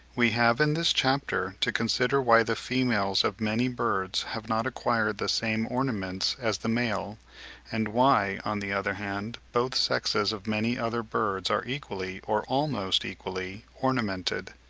we have in this chapter to consider why the females of many birds have not acquired the same ornaments as the male and why, on the other hand, both sexes of many other birds are equally, or almost equally, ornamented?